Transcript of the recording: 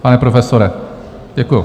Pane profesore... děkuju.